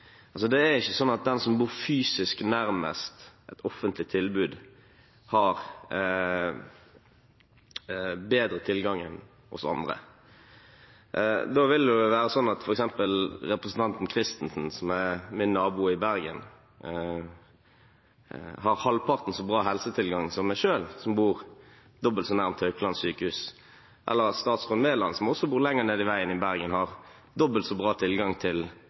Det er ikke sånn at den som bor fysisk nærmest et offentlig tilbud, har bedre tilgang enn oss andre. Da ville det vært sånn at f.eks. representanten Christensen, som er min nabo i Bergen, har halvparten så bra helsetilgang som meg selv, som bor dobbelt så nær Haukeland sykehus – eller at statsråd Mæland, som også bor lenger nede i veien i Bergen, har dobbelt så god tilgang til